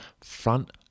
front